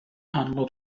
analog